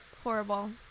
horrible